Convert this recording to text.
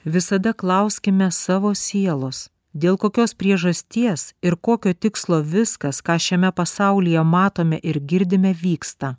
visada klauskime savo sielos dėl kokios priežasties ir kokio tikslo viskas ką šiame pasaulyje matome ir girdime vyksta